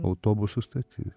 autobusų stoti